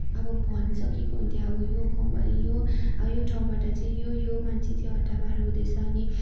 अब भनिसकेको हुन्थ्यो अब यो गाउँमा यो अब यो ठाउँबाट चाहिँ यो यो मान्छे चाहिँ हड्डाबाहर हुँदैछ अनि